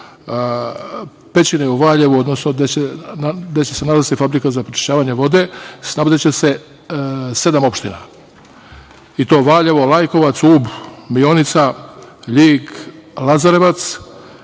pećine u Valjevu, odnosno gde će se nalaziti fabrika za pročišćavanje vode, snabdevaće se sedam opština, i to Valjevo, Lajkovac, Ub, Mionica, Ljig, Lazarevac